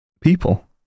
people